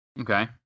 Okay